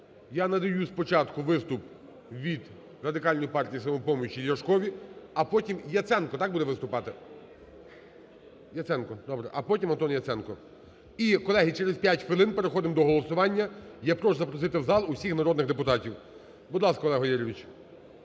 Я надаю спочатку виступ від "Радикальної партії" і "Самопомочі" Ляшкові, а потім Яценко, так, буде виступати? Яценко, добре, а потім Антон Яценко. І, колеги, через 5 хвилин переходимо до голосування. Я прошу запросити в зал усіх народних депутатів. Будь ласка, Олег Валерійович.